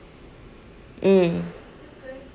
mm